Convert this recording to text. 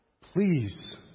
Please